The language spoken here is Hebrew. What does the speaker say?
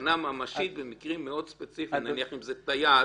סכנה ממשית במקרים מאוד ספציפיים, נניח אם זה טייס